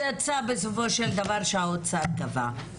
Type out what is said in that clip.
יצא בסופו של דבר שהאוצר קבע.